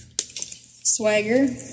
Swagger